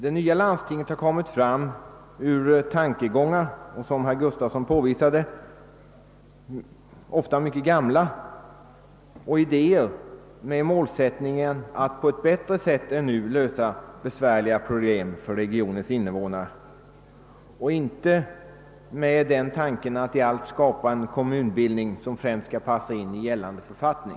Det nya landstinget har vuxit fram ur mycket gamla tankar och idéer som gällt hur man bättre än nu skall kunna lösa besvärliga problem för regionens invånare; förutsättningen har inte varit att framför allt skapa en kommunbildning som passar in i gällande författning.